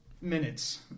minutes